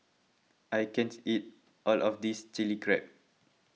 I can't eat all of this Chilli Crab